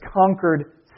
conquered